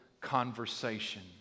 conversation